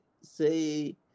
say